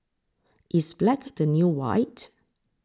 is black the new white